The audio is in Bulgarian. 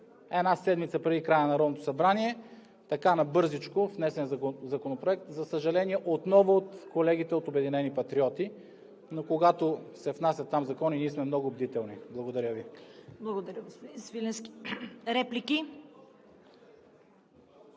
една седмица преди края на Народното събрание – така набързичко внесен законопроект, за съжаление, отново от колегите от „Обединени патриоти“. Но, когато се внасят там закони, ние сме много бдителни. Благодаря Ви. ПРЕДСЕДАТЕЛ